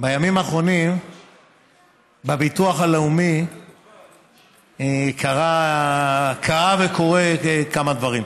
בימים האחרונים בביטוח הלאומי קרה וקורים כמה דברים.